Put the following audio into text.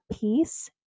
peace